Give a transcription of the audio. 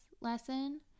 lesson